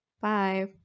Bye